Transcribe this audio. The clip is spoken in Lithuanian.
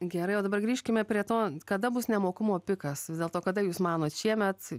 gerai o dabar grįžkime prie to kada bus nemokumo pikas vis dėlto kada jūs manot šiemet